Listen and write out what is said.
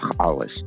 alles